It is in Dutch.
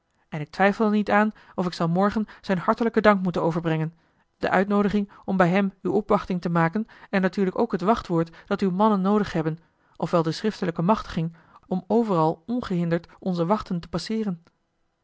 en ik twijfel er niet aan of ik zal morgen zijn hartelijken dank moeten overbrengen de uitnoodiging om bij hem uw opwachting te maken en natuurlijk ook het wachtwoord dat uw mannen noodig hebben of wel de schriftelijke joh h been paddeltje de scheepsjongen van michiel de ruijter machtiging om overal ongehinderd onze wachten te passeeren